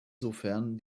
sofern